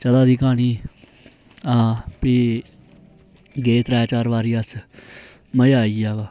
चला दी क्हानी हां फ्ही गे त्रै चार बारी अस मजा आई गेआ पर